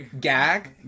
gag